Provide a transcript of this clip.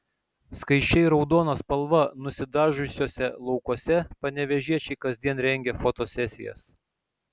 skaisčiai raudona spalva nusidažiusiuose laukuose panevėžiečiai kasdien rengia fotosesijas